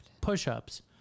push-ups